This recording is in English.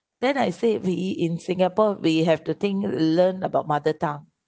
then I said we in singapore we have to think learn about mother tongue